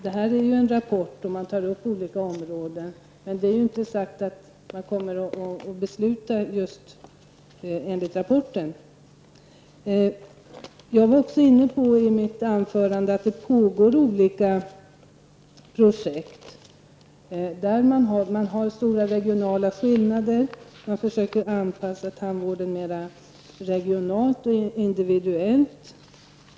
Det är här alltså fråga om en rapport, och man tar upp olika områden. Men därmed är det inte sagt att beslut kommer att fattas i enlighet med rapporten. I mitt anförande var jag också inne på detta med att det pågår olika projekt. Det finns alltså stora regionala skillnader, och man försöker anpassa tandvården mera regionalt och individuellt.